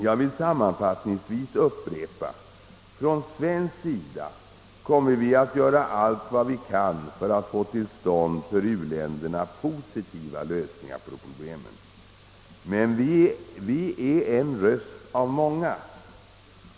Jag vill sammanfattningsvis upprepa: Från svensk sida kommer vi att göra allt vi kan för att få till stånd för u-länderna positiva lösningar på problemen. Men vi är en röst av många.